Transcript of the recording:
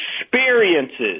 experiences